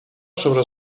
sobre